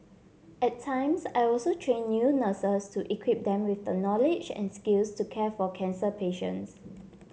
at times I also train new nurses to equip them with the knowledge and skills to care for cancer patients